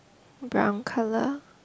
brown colour